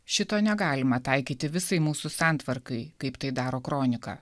šito negalima taikyti visai mūsų santvarkai kaip tai daro kronika